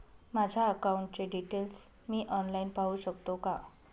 माझ्या अकाउंटचे डिटेल्स मी ऑनलाईन पाहू शकतो का?